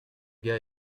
gars